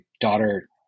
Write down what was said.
daughter